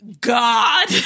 God